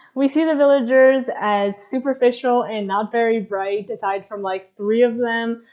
we see the villagers as superficial and not very bright, aside from like three of them,